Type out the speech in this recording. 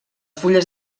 fulles